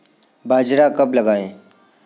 बाजरा कब लगाएँ?